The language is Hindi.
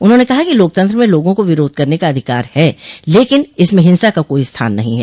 उन्होंने कहा कि लोकतंत्र में लोगों को विरोध करने का अधिकार है लेकिन इसमें हिंसा का कोई स्थान नहीं है